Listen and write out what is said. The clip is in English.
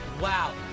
Wow